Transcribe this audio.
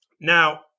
Now